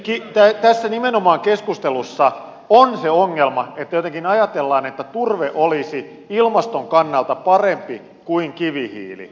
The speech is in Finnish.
nimenomaan tässä keskustelussa on se ongelma että jotenkin ajatellaan että turve olisi ilmaston kannalta parempi kuin kivihiili